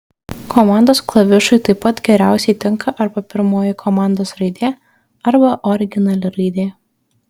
komandos klavišui taip pat geriausiai tinka arba pirmoji komandos raidė arba originali raidė